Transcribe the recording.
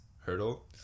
hurdle